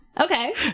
Okay